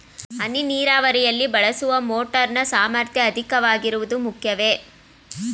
ಹನಿ ನೀರಾವರಿಯಲ್ಲಿ ಬಳಸುವ ಮೋಟಾರ್ ನ ಸಾಮರ್ಥ್ಯ ಅಧಿಕವಾಗಿರುವುದು ಮುಖ್ಯವೇ?